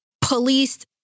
police